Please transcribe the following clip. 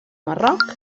marroc